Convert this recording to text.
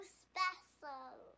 special